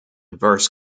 verse